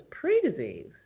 pre-disease